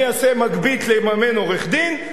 אני אעשה מגבית לממן עורך-דין,